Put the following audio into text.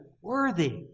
worthy